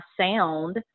sound